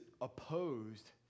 opposed